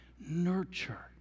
nurture